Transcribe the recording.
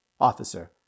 Officer